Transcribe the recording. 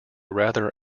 rather